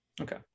Okay